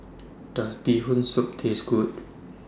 Does Bee Hoon Soup Taste Good